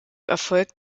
erfolgt